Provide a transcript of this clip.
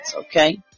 Okay